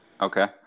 Okay